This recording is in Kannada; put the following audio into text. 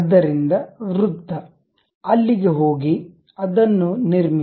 ಆದ್ದರಿಂದ ವೃತ್ತ ಅಲ್ಲಿಗೆ ಹೋಗಿ ಅದನ್ನು ನಿರ್ಮಿಸಿ